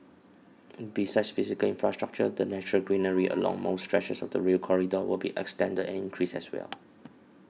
besides physical infrastructure the natural greenery along most stretches of the Rail Corridor will be extended and increased as well